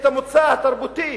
את המוצא התרבותי,